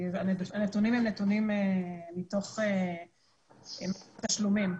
כי הנתונים הם מתוך תשלומים.